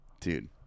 dude